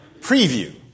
preview